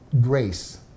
grace